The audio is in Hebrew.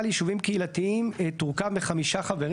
ליישובים קהילתיים תורכב מחמישה חברים.